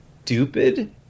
stupid